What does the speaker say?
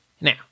Now